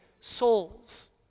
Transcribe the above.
souls